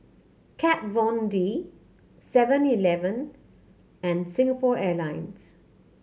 Kat Von D Seven Eleven and Singapore Airlines